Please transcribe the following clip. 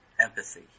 empathy